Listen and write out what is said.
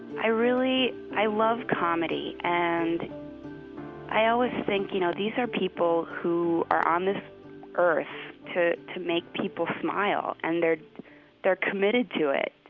i really love comedy, and i always think, you know, these are people who are on this earth to to make people smile and they're they're committed to it.